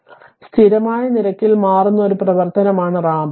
അതിനാൽ സ്ഥിരമായ നിരക്കിൽ മാറുന്ന ഒരു പ്രവർത്തനമാണ് റാമ്പ്